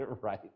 right